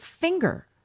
finger